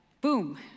boom